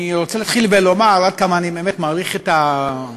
אני רוצה להתחיל ולומר עד כמה אני באמת מעריך את המאמצים